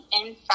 inside